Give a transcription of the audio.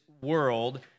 world